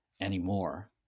anymore